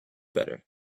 better